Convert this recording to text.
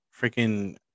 freaking